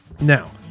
Now